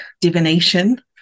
divination